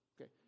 Okay